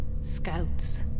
scouts